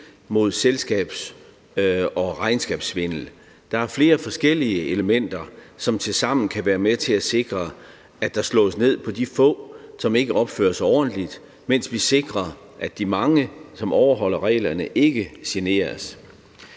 mod selskabs- og regnskabssvindel. Der er flere forskellige elementer, som tilsammen kan være med til at sikre, at der slås ned på de få, som ikke opfører sig ordentligt, mens vi sikrer, at de mange, som overholder reglerne, ikke generes.